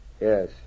Yes